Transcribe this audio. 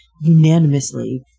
unanimously